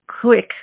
quick